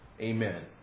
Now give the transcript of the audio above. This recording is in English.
Amen